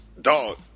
dog